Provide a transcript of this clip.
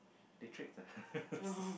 they tricked us